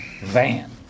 van